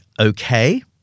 okay